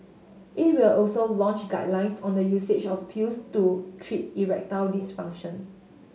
it will also launch guidelines on the usage of pills to treat erectile dysfunction